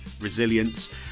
resilience